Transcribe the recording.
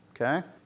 Okay